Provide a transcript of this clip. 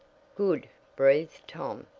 good, breathed tom.